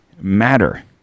matter